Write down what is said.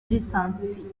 lisansi